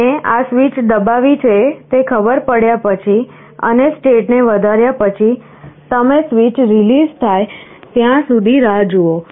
અને આ સ્વીચ દબાવી છે તે ખબર પડ્યા પછી અને સ્ટેટને વધાર્યા પછી તમે સ્વીચ રીલીઝ થાય ત્યાં સુધી રાહ જુઓ